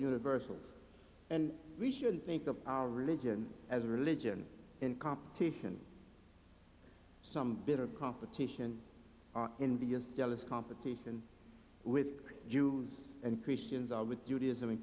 universal and we should think of our religion as a religion in competition some bitter competition in the us jealous competition with jews and christians all with judaism in